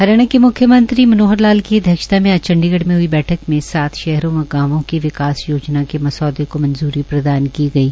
हरियाणा के म्ख्यमंत्री मनोहर लाल की अध्यक्षता मे आज चंडीगढ़ में हड् बैठक में सात शहरों व गांवों की विकास योजना के मसौदे को मंजूरी प्रदान की गई है